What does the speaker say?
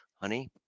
honey